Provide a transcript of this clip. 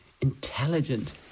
intelligent